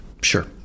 Sure